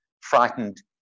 frightened